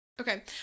Okay